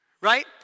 right